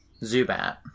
Zubat